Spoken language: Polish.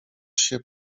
się